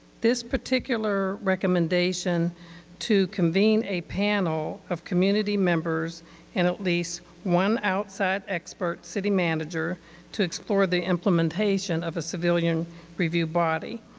this particular recommendation to convene a panel of community members and at least one outside expert city manager to explore the implementation of a civilian review body.